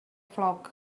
flock